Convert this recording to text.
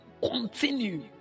Continue